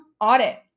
audit